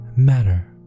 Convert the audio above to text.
matter